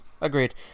agreed